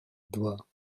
два